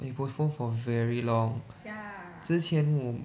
they postponed it for very long 以前我